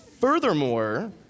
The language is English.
Furthermore